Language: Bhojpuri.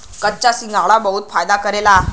कच्चा झींगा बहुत फायदा करेला